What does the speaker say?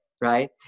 right